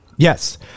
Yes